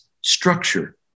structure